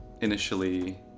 initially